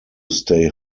stay